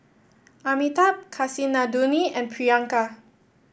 Amitabh Kasinadhuni and Priyanka